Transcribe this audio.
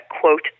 quote